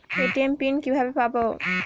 ATM PIN কিভাবে পাবো?